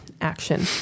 action